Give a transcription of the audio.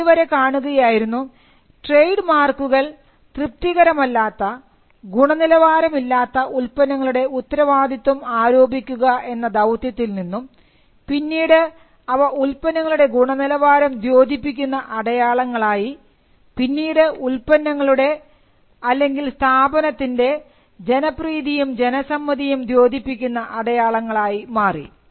നമ്മൾ ഇതുവരെ കാണുകയായിരുന്നു ട്രേഡ് മാർക്കുകൾ തൃപ്തികരമല്ലാത്ത ഗുണനിലവാരമില്ലാത്ത ഉൽപ്പന്നങ്ങളുടെ ഉത്തരവാദിത്വം ആരോപിക്കുക എന്ന ദൌത്യത്തിൽ നിന്നും പിന്നീട് അവ ഉൽപ്പന്നങ്ങളുടെ ഗുണനിലവാരം ദ്യോതിപ്പിക്കുന്ന അടയാളങ്ങളായി പിന്നീട് ഉൽപ്പന്നങ്ങളുടെ ഇവിടെ അല്ലെങ്കിൽ സ്ഥാപനത്തിൻറെ ജനപ്രീതിയും ജനസമ്മതിയും ദ്യോതിപ്പിക്കുന്ന അടയാളങ്ങളായി മാറി